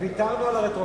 ויתרנו על הרטרואקטיבית.